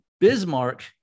bismarck